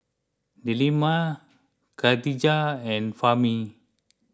Delima Khadija and Fahmi